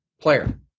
player